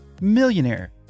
millionaire